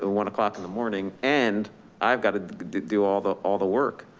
ah one o'clock in the morning and i've got to do all the, all the work.